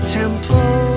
temple